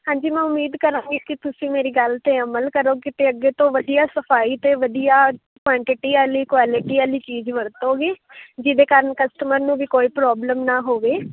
ਹਾਂਜੀ ਮੈਂ ਉਮੀਦ ਕਰਾਂਗੀ ਕਿ ਤੁਸੀਂ ਮੇਰੀ ਗੱਲ 'ਤੇ ਅਮਲ ਕਰੋਗੇ ਅਤੇ ਅੱਗੇ ਤੋਂ ਵਧੀਆ ਸਫ਼ਾਈ ਅਤੇ ਵਧੀਆ ਕੁਐਂਟੀਟੀ ਵਾਲੀ ਕੁਆਲਟੀ ਵਾਲੀ ਚੀਜ਼ ਵਰਤੋਗੇ ਜਿਹਦੇ ਕਾਰਨ ਕਸਟਮਰ ਨੂੰ ਵੀ ਕੋਈ ਪ੍ਰੋਬਲਮ ਨਾ ਹੋਵੇ